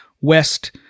west